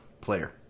player